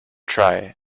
try